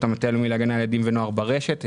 המטה הלאומי להגנה על ילדים ונוער ברשת,